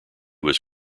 was